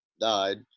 died